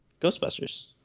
Ghostbusters